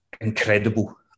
incredible